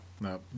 No